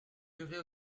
durer